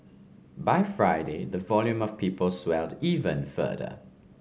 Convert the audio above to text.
by Friday the volume of people swelled even further